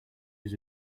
his